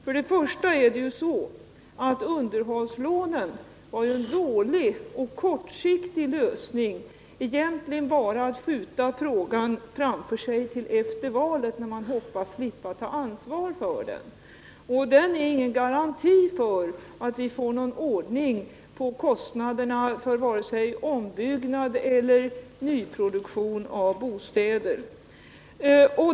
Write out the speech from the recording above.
För det första är underhållslånen en dålig och kortsiktig lösning, som egentligen bara innebär att man vill skjuta frågan framför sig till efter valet, när man hoppas slippa att ta ansvaret för den, och för det andra är den ingen garanti för att vi får någon ordning på kostnaderna för vare sig ombyggnad eller nyproduktion av bostäder.